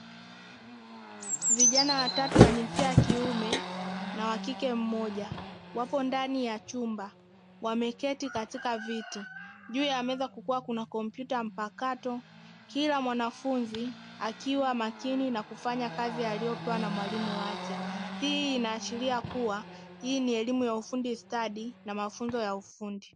Vijana watatu wa jinsia ya kiume na wa kike mmoja wapo ndani ya chumba wameketi katika viti juu ya meza kukiwa na kompyuta mpakato, kila mwanafunzi akiwa makini na kufanya kazi aliyopewa na mwalimu wake hii inaashiria kuwa hii ni elimu ya ufundi stadi na mafunzo ya ufundi.